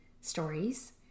stories